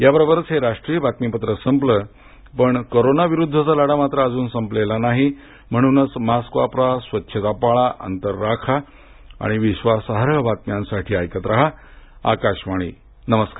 याबरोबरच हे राष्ट्रीय बातमीपत्र संपलं पण कोरोनाविरुद्धचा लढा अजून संपलेला नाही म्हणूनच मास्क वापरा स्वच्छता पाळा अंतर राखा आणि विश्वासार्ह बातम्यांसाठी ऐकत रहा आकाशवाणी नमस्कार